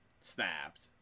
snapped